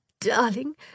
Darling